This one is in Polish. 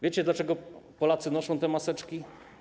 Wiecie, dlaczego Polacy noszą te maseczki?